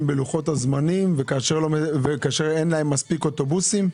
בלוחות הזמנים וכאשר אין להם מספיק אוטובוסים?